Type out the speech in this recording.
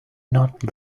not